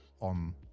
on